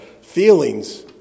Feelings